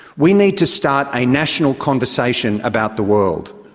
we need to start a national conversation about the world.